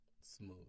smooth